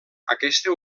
aquesta